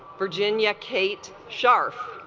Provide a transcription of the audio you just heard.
virginia kate sharp